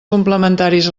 complementaris